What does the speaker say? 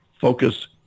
Focus